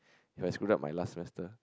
ya I screwed up my last semester